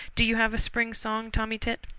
do you have a spring song, tommy tit?